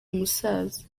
umusaza